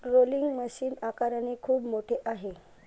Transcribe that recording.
rolling machine आकाराने खूप मोठे आहे